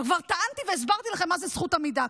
עכשיו, כבר טענתי והסברתי לכם מה זה זכות עמידה.